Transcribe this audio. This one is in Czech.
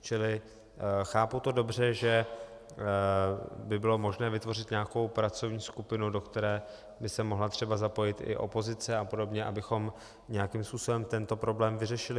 Čili chápu to dobře, že by bylo možné vytvořit nějakou pracovní skupinu, do které by se mohla třeba zapojit i opozice a podobně, abychom nějakým způsobem tento problém vyřešili?